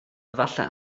efallai